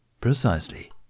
Precisely